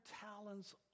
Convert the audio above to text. talents